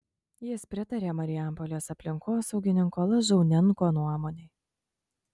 jis pritarė marijampolės aplinkosaugininko lažauninko nuomonei